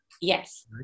yes